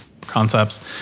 concepts